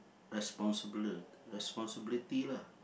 responsible responsibility lah